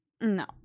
No